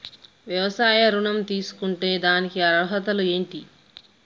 వ్యవసాయ ఋణం తీసుకుంటే దానికి అర్హతలు ఏంటి?